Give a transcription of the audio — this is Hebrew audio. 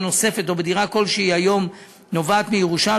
נוספת או בדירה כלשהי היום הנובעת מירושה,